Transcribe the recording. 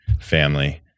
family